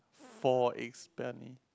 four eggs bene~